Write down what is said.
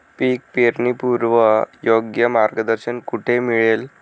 पीक पेरणीपूर्व योग्य मार्गदर्शन कुठे मिळेल?